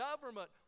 government